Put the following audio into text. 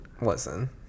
Listen